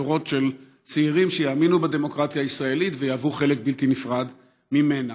דורות של צעירים שיאמינו בדמוקרטיה הישראלית ויהוו חלק בלתי נפרד ממנה.